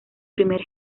primer